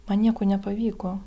man nieko nepavyko